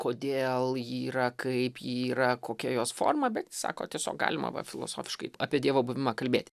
kodėl ji yra kaip ji yra kokia jos forma bet jis sako tiesiog galima va filosofiškai apie dievo buvimą kalbėt